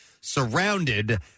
surrounded